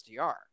SDR